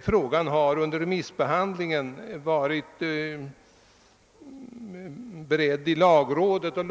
Frågan har under remissbehandlingen varit föremål för lagrådets prövning.